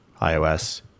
iOS